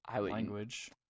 language